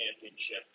championship